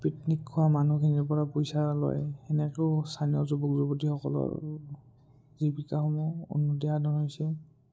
picnic খোৱা মানুহখিনিৰপৰা পইচা লয় সেনেকৈয়ো স্থানীয় যুৱক যুৱতীসকলৰ জীৱিকাসমূহ উন্নতি সাধন হৈছে